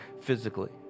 physically